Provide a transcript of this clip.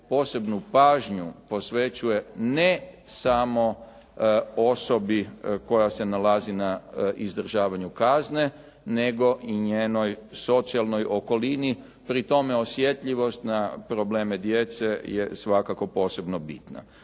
posebnu pažnju posvećuje ne samo osobi koja se nalazi na izdržavanju kazne nego i njenoj socijalnoj okolini. Pri tome osjetljivost na probleme djece je svakako posebno bitno.